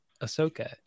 Ahsoka